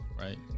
Right